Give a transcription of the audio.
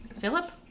Philip